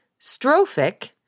Strophic